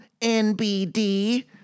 NBD